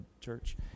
church